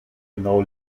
genau